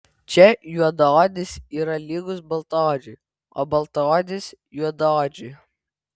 čia juodaodis yra lygus baltaodžiui o baltaodis juodaodžiui